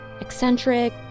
Eccentric